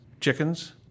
chickens